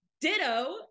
ditto